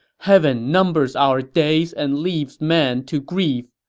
heaven numbers our days and leaves man to grieve!